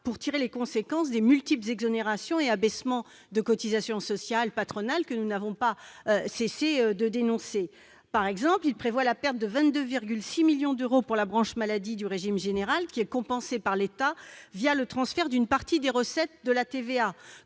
pour tirer les conséquences des multiples exonérations et abaissements de cotisations sociales patronales que nous n'avons pas cessé de dénoncer. Par exemple, il prévoit la perte de 22,6 milliards d'euros pour la branche maladie du régime général, qui est compensée par l'État le transfert d'une partie des recettes de la TVA.